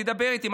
תדבר איתי,